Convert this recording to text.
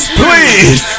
please